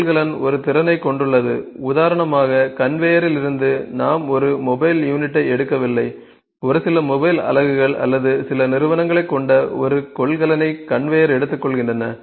கொள்கலன் ஒரு திறனைக் கொண்டுள்ளது உதாரணமாக கன்வேயரிலிருந்து நாம் ஒரு மொபைல் யூனிட்டை எடுக்கவில்லை ஒரு சில மொபைல் அலகுகள் அல்லது சில நிறுவனங்களைக் கொண்ட ஒரு கொள்கலனை கன்வேயர் எடுத்துக்கொள்கின்றன